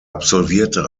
absolvierte